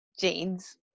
Jeans